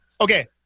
Okay